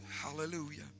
Hallelujah